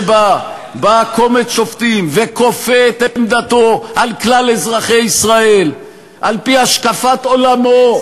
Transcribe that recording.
שבא קומץ שופטים וכופה את עמדתו על כלל אזרחי ישראל על-פי השקפת עולמו,